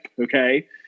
Okay